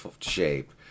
shape